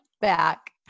back